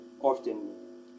often